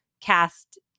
cast